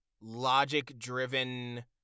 logic-driven